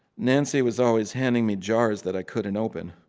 nancy was always handing me jars that i couldn't open.